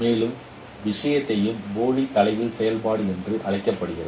முழு விஷயத்தையும் போலி தலைகீழ் செயல்பாடு என்று அழைக்கப்படுகிறது